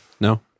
No